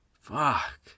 Fuck